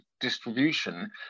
distribution